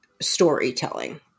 storytelling